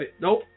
Nope